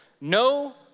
no